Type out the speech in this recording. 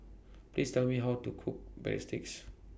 Please Tell Me How to Cook Breadsticks